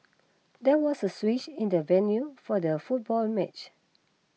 there was a switch in the venue for the football match